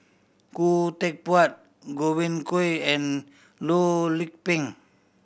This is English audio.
Khoo Teck Puat Godwin Koay and Loh Lik Peng